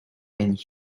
and